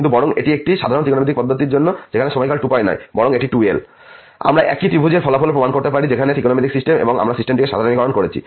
কিন্তু বরং একটি সাধারণ ত্রিকোণমিতিক পদ্ধতির জন্য যেখানে সময়কাল 2π নয় বরং এটি 2l আমরা একই ত্রিভুজের ফলাফলও প্রমাণ করতে পারি যে এই ত্রিকোণমিতিক সিস্টেম এবং এখন আমরা সিস্টেমটিকে সাধারণীকরণ করেছি